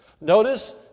Notice